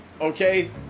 okay